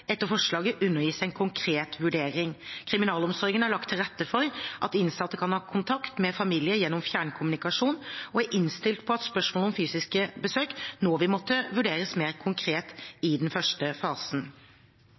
undergis en konkret vurdering. Kriminalomsorgen har lagt til rette for at innsatte kan ha kontakt med familie gjennom fjernkommunikasjon, og er innstilt på at spørsmål om fysiske besøk nå vil måtte vurderes mer konkret enn i den første fasen.